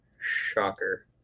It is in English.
shocker